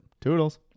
Toodles